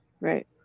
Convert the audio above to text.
right